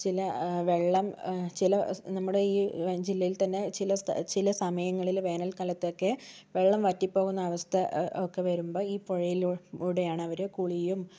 ചില അ വെള്ളം ചില നമ്മുടെ ഈ ജില്ലയിൽ തന്നെ ചില സ്ത ചില സമയങ്ങളിൽ വേനൽക്കാലത്തൊക്കെ വെള്ളം വറ്റി പോകുന്ന അവസ്ഥ ഒക്കെ വരുമ്പോൾ ഈ പുഴയിലൂടെയാണവര് കുളിയും